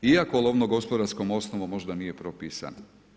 Iako lovno gospodarskom osnovom možda nije propisano.